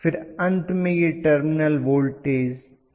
फिर अंत में यह टर्मिनल वोल्टेज Vt है